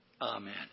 Amen